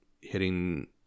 hitting